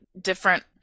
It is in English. different